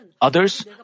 Others